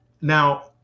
now